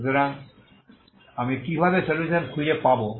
সুতরাং আমি কিভাবে সলিউশন খুঁজে পাবো